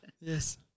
Yes